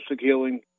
healing